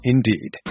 Indeed